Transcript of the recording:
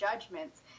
judgments